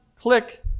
click